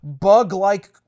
bug-like